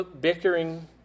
bickering